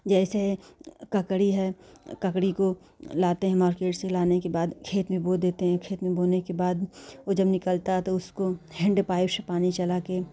जैसे ककड़ी है ककड़ी को लाते हैं मार्केट से लाने के बाद खेत में बो देते हैं खेत में बोने के बाद वह जब निकलता है तो उसको हैंडपाइप से पानी चढ़ाकर